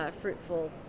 fruitful